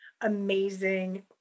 amazing